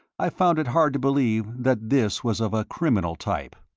i found it hard to believe that this was of a criminal type.